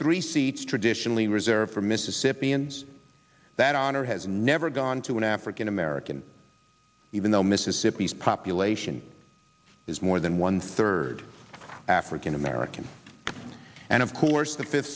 three seats traditionally reserved for mississippians that honor has never gone to an african american even though mississippi's population is more than one third african american and of course the fifth